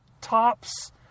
tops